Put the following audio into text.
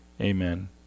Amen